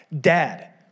Dad